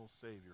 Savior